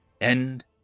End